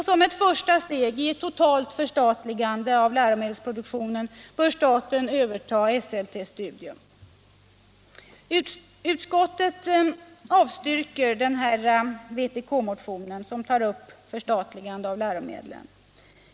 Som första steg i ett totalt förstatligande av läromedelsproduktionen bör staten överta Esselte Studium. Utskottet avstyrker den vpk-motion som tar upp frågan om förstatligande av läromedlen.